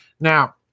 Now